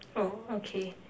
oh okay